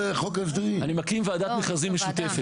אני מקים ועדת מכרזים משותפת.